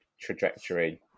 trajectory